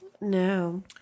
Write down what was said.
No